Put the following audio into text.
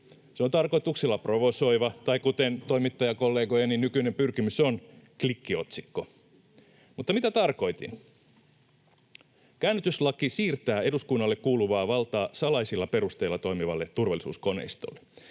Se on tarkoituksella provosoiva tai, kuten toimittajakollegojeni nykyinen pyrkimys on, klikkiotsikko. Mutta mitä tarkoitin? Käännytyslaki siirtää eduskunnalle kuuluvaa valtaa salaisilla perusteilla toimivalle turvallisuuskoneistolle.